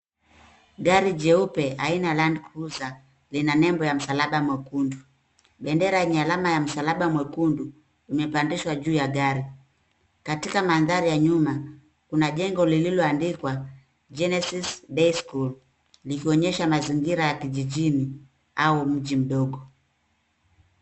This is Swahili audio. Gari jeupe aina ya land cruiser lina nembo ya msalaba mwekundu. Bendera ni alama ya msalaba mwekundu na imepandishwa juu ya gari. Katika mandhari ya nyuma, kuna jengo lililoandikwa Genesis Day School likionyesha mazingira ya kijijini au mji mdogo.